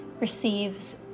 receives